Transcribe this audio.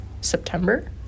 September